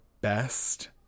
best